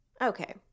Okay